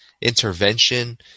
intervention